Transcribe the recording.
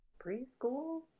preschool